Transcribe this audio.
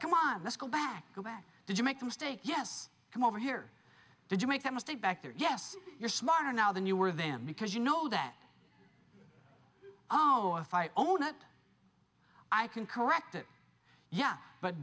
come on let's go back go back did you make the mistake yes come over here did you make that mistake back there yes you're smarter now than you were them because you know that oh if i own it i can correct it yeah but